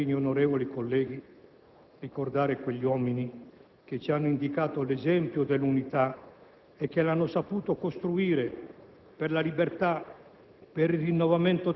Ricordare Boldrini, onorevoli colleghi, ricordare quegli uomini che ci hanno indicato l'esempio dell'unità e che l'hanno saputa costruire per la libertà,